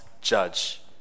judge